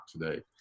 today